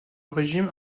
régime